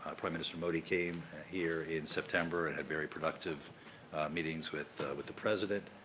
ah prime minister modi came here in september and had very productive meetings with with the president.